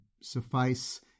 suffice